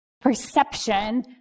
perception